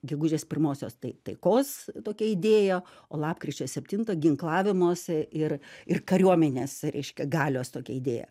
gegužės pirmosios tai taikos tokia idėja o lapkričio septinta ginklavimosi ir ir kariuomenės reiškia galios tokia idėja